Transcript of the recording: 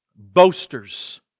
Boasters